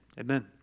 amen